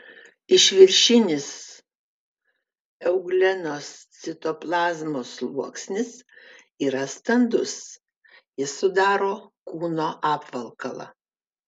išviršinis euglenos citoplazmos sluoksnis yra standus jis sudaro kūno apvalkalą